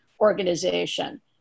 organization